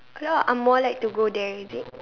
a lot of angmoh like to go there is it